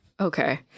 Okay